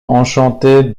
enchantée